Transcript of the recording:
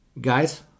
Guys